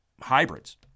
hybrids